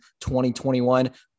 2021